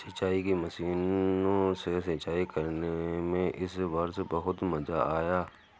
सिंचाई की मशीनों से सिंचाई करने में इस वर्ष बहुत मजा आया